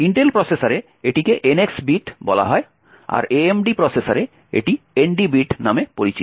Intel প্রসেসরে এটিকে NX bit বলা হয় আর AMD প্রসেসরে এটি ND বিট নামে পরিচিত